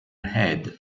head